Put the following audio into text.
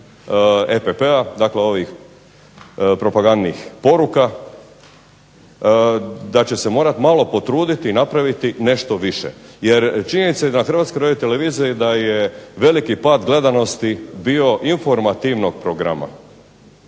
EPP-a dakle ovih propagandnih poruka, da će se morati malo potruditi i napraviti nešto više. Jer činjenica je da HRT-i da je veliki pad gledanosti bio informativnog programa,